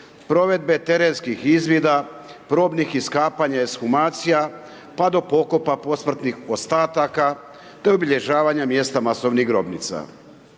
provedbe terenskih izvida, probnih iskapanja ekshumacija, pa do pokopa posmrtnih ostataka, te obilježavanja mjesta masovnih grobnica.